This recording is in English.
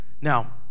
now